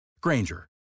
Granger